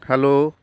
hello